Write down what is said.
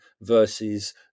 versus